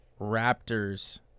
Raptors